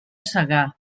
segar